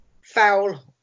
foul